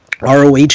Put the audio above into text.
ROH